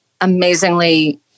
amazingly